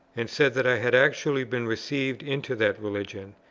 and said that i had actually been received into that religion,